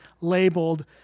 labeled